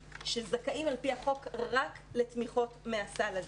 שזכאים על-פי החוק רק לתמיכות מהסל הזה.